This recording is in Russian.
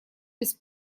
без